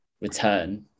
return